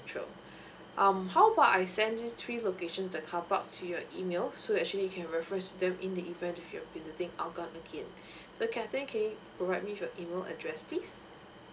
um how about I send these three locations the car park to your email so you actually you can refer to them in the event if you visiting hougang again so catherine can you provide me with your email address please